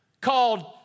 called